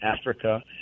Africa